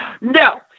No